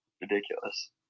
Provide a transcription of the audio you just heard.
Ridiculous